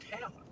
town